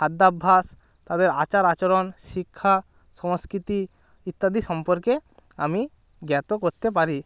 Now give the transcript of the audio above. খাদ্যাভাস তাদের আচার আচরণ শিক্ষা সংস্কৃতি ইত্যাদি সম্পর্কে আমি জ্ঞাত করতে পারি